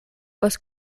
post